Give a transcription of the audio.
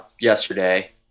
yesterday